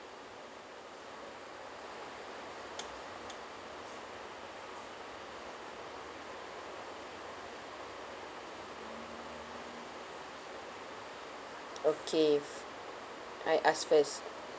okay I ask first